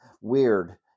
weird